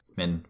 men